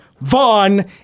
Vaughn